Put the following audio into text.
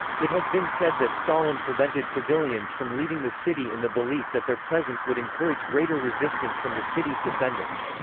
it has been said that stalin prevented civilians from leaving the city in the belief that their presence would encourage greater resistance from the city's defenders.